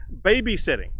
babysitting